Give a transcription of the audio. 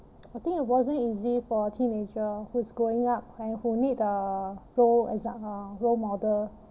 I think it wasn't easy for a teenager who's growing up and who need a role exa~ uh role model